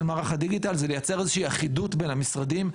מערך הדיגיטל הוא לייצר איזושהי אחידות בין המשרדים,